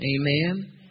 Amen